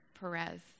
Perez